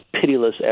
pitiless